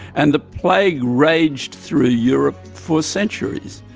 and the plague raged through europe for centuries.